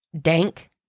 Dank